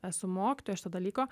esu mokytoja šito dalyko